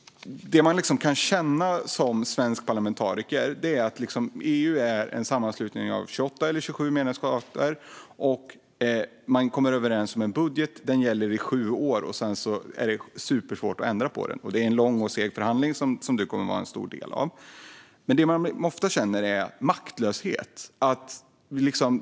Det man kan känna som svensk parlamentariker är att EU är en sammanslutning av 28 eller 27 medlemsstater. Man kommer överens om en budget. Den gäller i sju år, och det är supersvårt att ändra på den. Det är en lång och seg förhandling som du kommer att vara en stor del av. Det man ofta känner är maktlöshet.